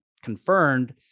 confirmed